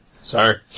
Sorry